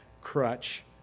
crutch